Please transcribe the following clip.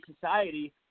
society